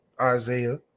Isaiah